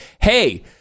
hey